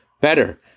better